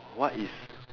what is